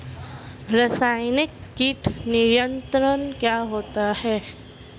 रसायनिक कीट नियंत्रण क्या होता है?